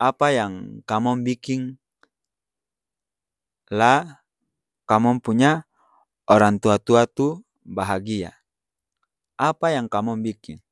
Apa yang kamong biking, la kamong punya orang tua-tua tu bahagia? Apa yang kamong bikin?.